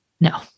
No